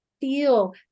feel